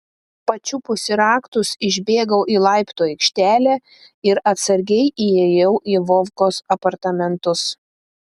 pačiupusi raktus išbėgau į laiptų aikštelę ir atsargiai įėjau į vovkos apartamentus